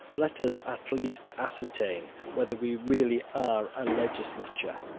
let us at least ascertain whether we really are a legislature.